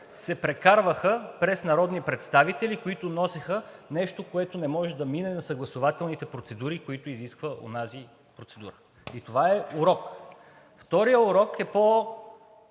се прекарваха през народни представители, които носеха нещо, което не може да мине на съгласувателните процедури, които изисква онази процедура. И това е урок. Вторият урок е